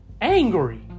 Angry